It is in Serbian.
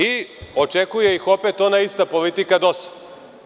I, očekuje ih opet ona ista politika DOS-a.